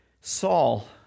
Saul